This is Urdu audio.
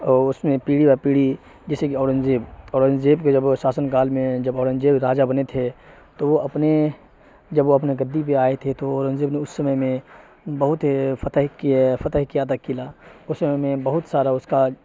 اور اس میں پیڑھی در پیڑھی جیسے کہ اورنگزیب اورنگزیب کے جب شاسن کال میں جب اورنگزیب راجا بنے تھے تو وہ اپنے جب وہ اپنے گدی پہ آئے تھے تو اورنگزیب نے اس سمے میں بہت فتح کیا فتح کیا تھا قلعہ اس سمے میں بہت سارا اس کا